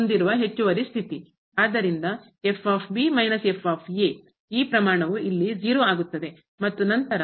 ಆದ್ದರಿಂದ ಈ ಪ್ರಮಾಣವು ಇಲ್ಲಿ ಆಗುತ್ತದೆ ಮತ್ತು ನಂತರ ನಾವು